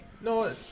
No